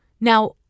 Now